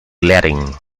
letting